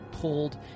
pulled